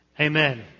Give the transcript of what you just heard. Amen